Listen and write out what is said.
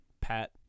Pat